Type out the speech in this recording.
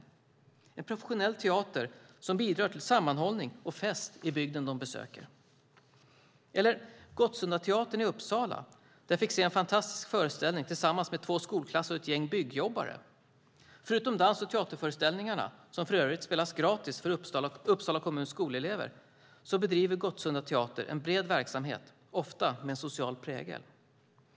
Det är en professionell teater som bidrar till sammanhållning och fest i den bygd de besöker. Jag tänker också på Gottsunda teater i Uppsala där jag har fått se en fantastisk föreställning tillsammans med två skolklasser och ett gäng byggjobbare. Förutom dans och teaterföreställningarna, som för övrigt spelas gratis för Uppsala kommuns skolelever, bedriver Gottsunda teater en bred verksamhet - ofta med social prägel.